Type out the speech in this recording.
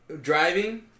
driving